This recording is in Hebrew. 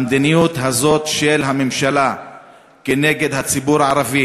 המדיניות הזאת של הממשלה כנגד הציבור הערבי,